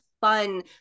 fun